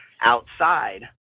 outside